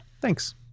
Thanks